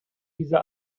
diese